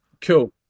cool